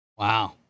Wow